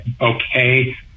okay